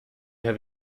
have